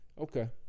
Okay